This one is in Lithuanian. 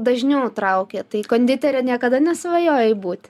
dažniau traukia tai konditere niekada nesvajojai būt